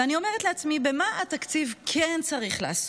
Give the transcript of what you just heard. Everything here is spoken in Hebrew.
ואני אומרת לעצמי, במה התקציב כן צריך לעסוק?